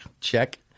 Check